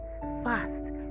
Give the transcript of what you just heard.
fast